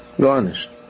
Garnished